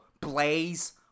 blaze